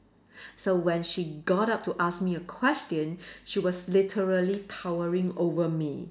so when she got up to ask me a question she was literally towering over me